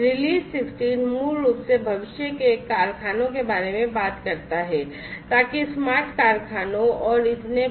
release 16 मूल रूप से भविष्य के कारखानों के बारे में बात करता है ताकि स्मार्ट कारखानों और इतने पर